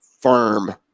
Firm